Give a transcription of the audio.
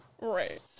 Right